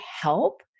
help